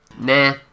Nah